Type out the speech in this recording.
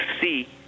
see